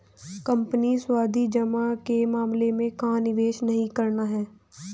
Company सावधि जमा के मामले में कहाँ निवेश नहीं करना है?